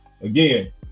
again